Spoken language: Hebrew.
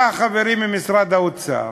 באו החברים ממשרד האוצר,